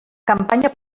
campanya